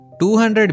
200